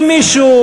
אם מישהו,